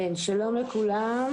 שלום לכולם.